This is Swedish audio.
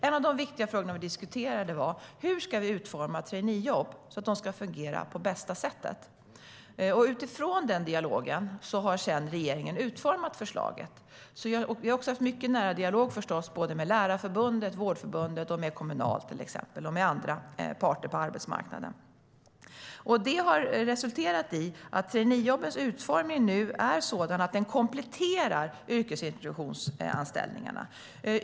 En av de viktiga frågor vi diskuterade var hur vi ska utforma traineejobben så att de fungerar på bästa sätt. Utifrån den dialogen har regeringen utformat förslaget. Vi har förstås också haft en mycket nära dialog med såväl Lärarförbundet som Vårdförbundet och Kommunal men också med andra parter på arbetsmarknaden. Detta har resulterat i att traineejobbens utformning nu är sådan att den kompletterar yrkesintroduktionsanställningarna.